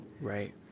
Right